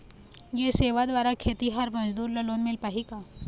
ये सेवा द्वारा खेतीहर मजदूर ला लोन मिल पाही का?